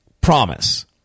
promise